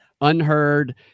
unheard